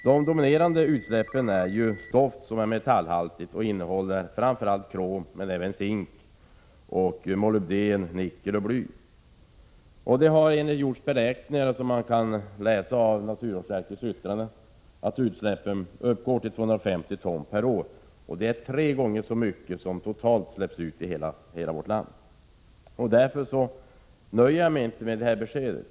De dominerande utsläppen består av stoft som är metallhaltigt och innehåller framför allt krom men även zink, molybden, nickel och bly. Som man kan läsa i naturvårdsverkets yttrande har det gjorts beräkningar av att utsläppen uppgår till 250 ton per år. Det är tre gånger så mycket som totalt släpps ut i hela vårt land. Därför nöjer jag mig inte med detta besked.